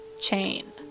Chain